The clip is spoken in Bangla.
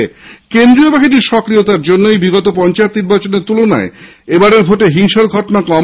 শ্রী দুবে আরও জানান কেন্দ্রীয় বাহিনীর সক্রিয়তার জন্যই বিগত পঞ্চায়েত নির্বাচনের তুলনায় এবারের ভোটে হিংসার ঘটনা কম